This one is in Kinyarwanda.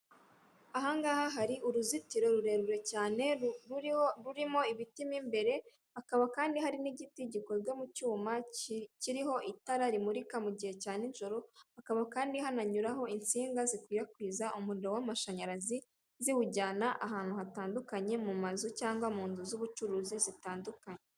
Ahangaha hari uruzitiro rurerure cyane ruriho rurimo ibiti mo imbere, hakaba kandi hari n'igiti gikozwe mu cyuma kiriho itara rimurika mu gihe cya nijoro, hakaba kandi hananyuraho insinga zikwirakwiza umuriro w'amashanyarazi ziwujyana ahantu hatandukanye mu mazu cyangwa mu nzu z'ubucuruzi zitandukanye.